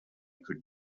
could